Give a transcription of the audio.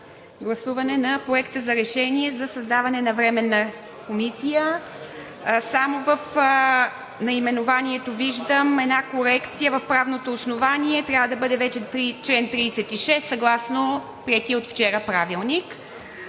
гласуване на Проекта на решение за създаване на Временна комисия. Само в наименованието виждам една корекция в правното основание. Трябва да бъде вече чл. 36 съгласно приетия от вчера Правилник.